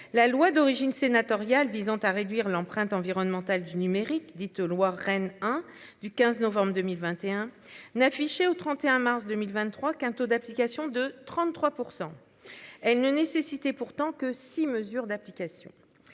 La loi, d'origine sénatoriale, visant à réduire l'empreinte environnementale du numérique dite loi Rennes hein du 15 novembre 2021 n'affichait au 31 mars 2023 quintaux d'application de 33%. Elle ne nécessiter pourtant que 6 mesures d'application.